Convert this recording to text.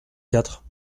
quatre